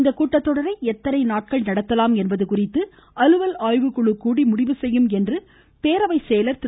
இக்கூட்டத்தொடரை எத்தனை நாட்கள் நடத்தலாம் என்பது குறித்து அலுவல் ஆய்வுக்குழு கூடி முடிவு செய்யும் என்று பேரவை செயலாளா் திரு